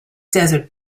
desert